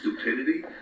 Stupidity